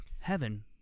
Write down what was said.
heaven